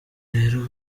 rero